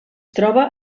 troba